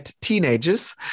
teenagers